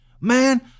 Man